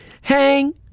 hang